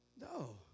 No